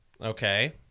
Okay